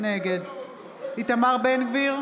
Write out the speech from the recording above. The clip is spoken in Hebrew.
נגד איתמר בן גביר,